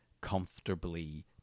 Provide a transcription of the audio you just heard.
comfortably